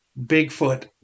Bigfoot